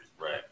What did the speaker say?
Right